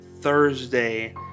Thursday